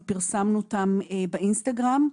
ופרסמנו אותן באינסטגרם.